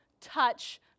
touch